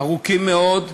ארוכים מאוד.